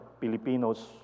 Filipinos